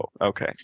okay